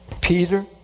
Peter